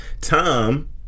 Tom